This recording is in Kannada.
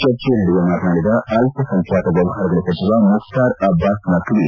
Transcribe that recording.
ಚರ್ಚೆಯ ನಡುವೆ ಮಾತನಾಡಿದ ಅಲ್ಲ ಸಂಖ್ಲಾತ ವ್ಯವಹಾರಗಳ ಸಚಿವ ಮುಖ್ತಾರ್ ಅಬ್ಲಾಸ್ ನಖ್ನಿ